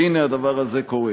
והנה, הדבר הזה קורה.